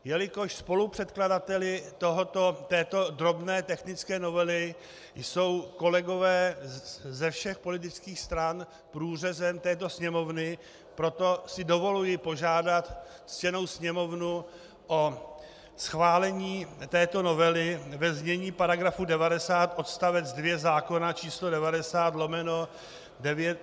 Jelikož spolupředkladateli této drobné technické novely jsou kolegové ze všech politických stran průřezem této Sněmovny, proto si dovoluji požádat ctěnou Sněmovnu o schválení této novely ve znění § 90 odst. 2 zákona č. 90/1995 Sb.